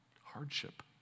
hardship